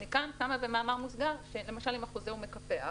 במאמר מוסגר, אם החוזה הוא מקפח,